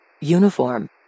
Uniform